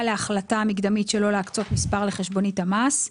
להחלטה המקדמית שלא להקצות מספר לחשבונית המס,